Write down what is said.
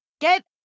Get